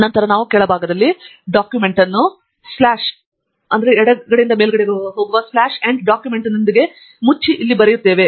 ನಂತರ ನಾವು ಕೆಳಭಾಗದಲ್ಲಿ ಡಾಕ್ಯುಮೆಂಟ್ ಅನ್ನು end ಡಾಕ್ಯುಮೆಂಟ್ನೊಂದಿಗೆ ಮುಚ್ಚಿ ಇಲ್ಲಿ ಬರೆಯುತ್ತೇವೆ